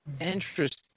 Interesting